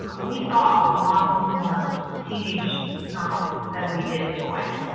um we saw a lot more teenage girls than we did boys.